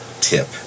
tip